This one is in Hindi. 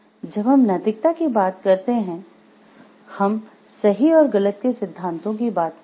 जब हम नैतिकता की बात करते हैं हम सही और गलत के सिद्धांतों की बात करते हैं